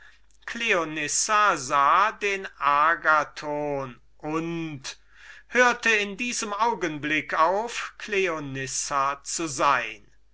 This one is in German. den agathon und hörte in diesem augenblick auf cleonissa zu sein